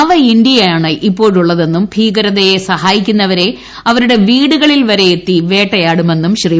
നവഇന്ത്യയാണ് ഇപ്പോഴുള്ളതെന്നും ഭീകരതെ സഹായിക്കുന്നവരെ അവരുടെ വീടുകളിൽ വരെ എത്തി വേട്ടയാടുമെന്നും ശ്രീ